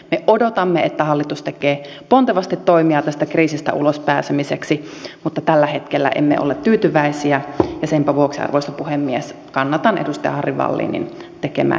me odotamme että hallitus tekee pontevasti toimia tästä kriisistä ulospääsemiseksi mutta tällä hetkellä emme ole tyytyväisiä ja senpä vuoksi arvoisa puhemies kannatan edustaja harry wallinin tekemää